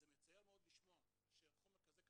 זה מצער מאוד לשמוע שחומר כזה קטן,